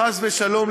חס ושלום,